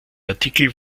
artikel